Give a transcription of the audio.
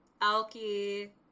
alki